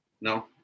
No